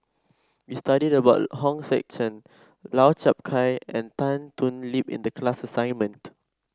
we studied about Hong Sek Chern Lau Chiap Khai and Tan Thoon Lip in the class assignment